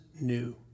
new